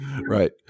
Right